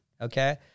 okay